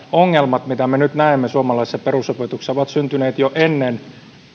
ongelmat mitä me nyt näemme suomalaisessa perusopetuksessa ovat syntyneet jo ennen